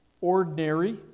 ordinary